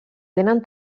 tenen